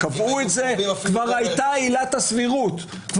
ואז כבר הייתה עילת הסבירות.